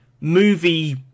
movie